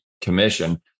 commission